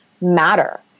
matter